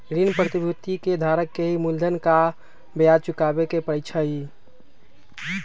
ऋण प्रतिभूति के धारक के ही मूलधन आ ब्याज चुकावे के परई छई